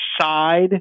side